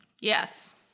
Yes